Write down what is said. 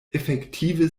efektive